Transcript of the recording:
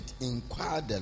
inquired